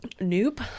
Nope